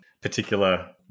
particular